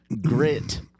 grit